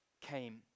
came